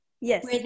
Yes